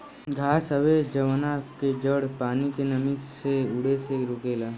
घास हवे जवना के जड़ पानी के नमी के उड़े से रोकेला